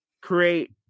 create